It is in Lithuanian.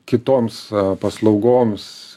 kitoms paslaugoms